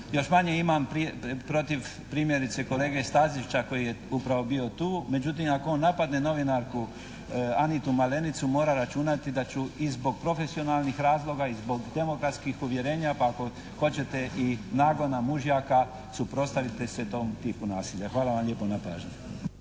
Još manje imam protiv primjerice kolege Stazića koji je upravo bio tu međutim ako on napadne novinarku Anitu Malenicu mora računati da ću i zbog profesionalnih razloga i zbog demokratskih uvjerenja pa ako hoćete i nagona mužjaka suprotstaviti se tom tipu nasilja. Hvala vam lijepo na pažnji.